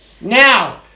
Now